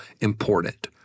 important